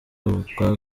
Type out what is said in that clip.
bwa